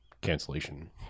cancellation